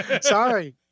Sorry